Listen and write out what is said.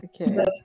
Okay